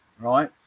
right